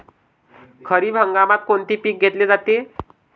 खरिप हंगामात कोनचे पिकं घेतले जाते?